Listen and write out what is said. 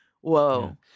whoa